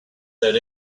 that